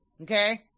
Okay